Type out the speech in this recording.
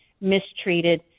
mistreated